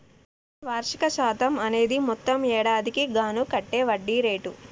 వార్షిక శాతం అనేది మొత్తం ఏడాదికి గాను కట్టే వడ్డీ రేటు